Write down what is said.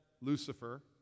Lucifer